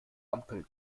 ampel